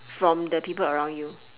from the people around you